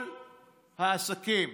כל העסקים